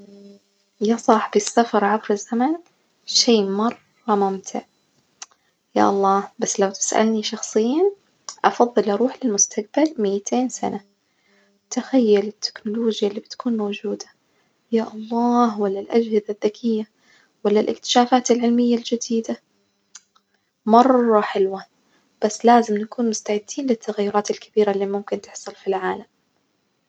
يا صاحبي السفر عبر الزمن شي مرة ممتع، يا الله بس لو تسألني شخصيًا أفضل أروح للمستجبل ميتين سنة، تخيل التكنولوجيا البتكون موجودة، يا الله، وألا الأجهزة الذكية، وألا الاكتشافات العلمية الجديدة مرة حلوة، بس لازم نكون مستعدين للتغيرات الكبيرة اللي ممكن تحصل في العالم.